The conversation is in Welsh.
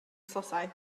tlotai